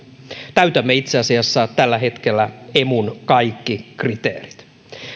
täytämme itse asiassa tällä hetkellä emun kaikki kriteerit